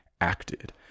acted